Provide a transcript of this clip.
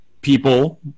people